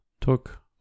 took